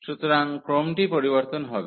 সুতরাং ক্রমটি পরিবর্তন হবে